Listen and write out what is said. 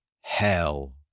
hell